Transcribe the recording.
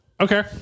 Okay